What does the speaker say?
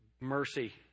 Mercy